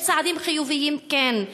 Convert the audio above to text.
יש צעדים חיוביים, כן.